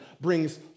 brings